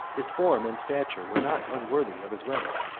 his form and stature were not unworthy of his rank